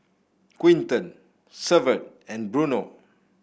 Quinton Severt and Bruno